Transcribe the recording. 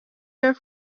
your